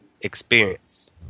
experience